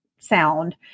sound